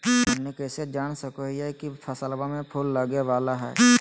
हमनी कइसे जान सको हीयइ की फसलबा में फूल लगे वाला हइ?